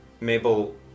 Mabel